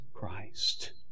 Christ